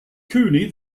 cooney